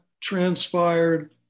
transpired